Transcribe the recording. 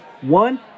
One